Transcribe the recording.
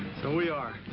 so we are.